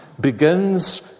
begins